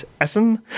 Essen